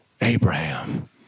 Abraham